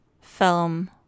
film